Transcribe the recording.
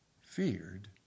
feared